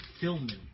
filming